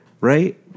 right